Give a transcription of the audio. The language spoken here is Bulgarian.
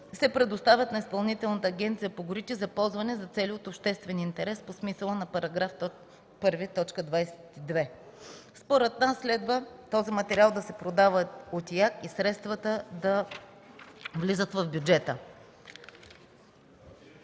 се предоставят на Изпълнителната агенция по горите за ползване за цели от обществен интерес по смисъла на § 1, т. 22”. Според нас следва този материал да се продава от ИАГ и средствата да влизат в бюджета.